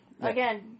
Again